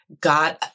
God